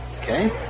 Okay